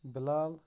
Bilal